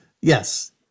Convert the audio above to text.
Yes